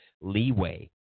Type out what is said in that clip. leeway